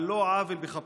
על לא עוול בכפו.